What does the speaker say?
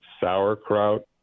sauerkraut